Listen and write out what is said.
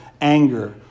Anger